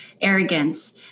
Arrogance